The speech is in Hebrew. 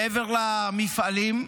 מעבר למפעלים,